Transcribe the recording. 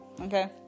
Okay